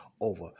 over